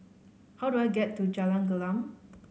how do I get to Jalan Gelam